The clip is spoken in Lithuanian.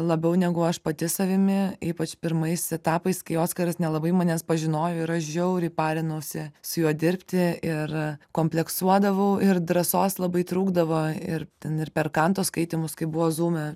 labiau negu aš pati savimi ypač pirmais etapais kai oskaras nelabai manęs pažinojo ir aš žiauriai parinausi su juo dirbti ir kompleksuodavau ir drąsos labai trūkdavo ir ten ir per kanto skaitymus kai buvo zoome